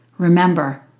Remember